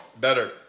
Better